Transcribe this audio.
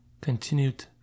continued